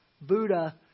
Buddha